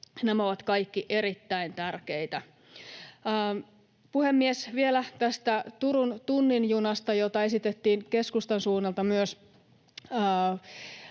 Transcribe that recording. Nämä ovat kaikki erittäin tärkeitä. Puhemies! Vielä tästä Turun tunnin junasta, josta esitettiin keskustan suunnalta,